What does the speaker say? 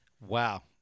Wow